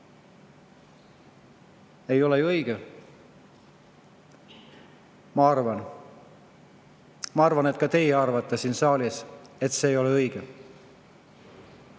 ma arvan. Ma arvan, et ka teie arvate siin saalis, et see ei ole õige.